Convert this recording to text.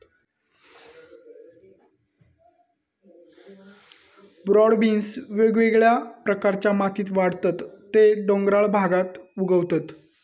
broad beans वेगवेगळ्या प्रकारच्या मातीत वाढतत ते डोंगराळ भागात उगवतत